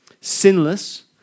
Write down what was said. sinless